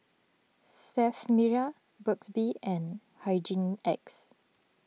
Sterf Mirror Burt's Bee and Hygin X